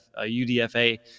UDFA